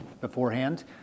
beforehand